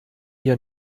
ihr